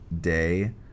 day